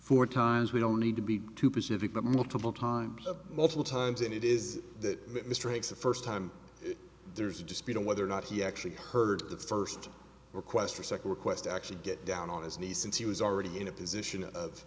four times we don't need to be to pacific but multiple times multiple times and it is that strikes the first time there's a dispute on whether or not he actually heard the first request or second request actually get down on his knees since he was already in a position